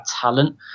talent